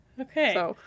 okay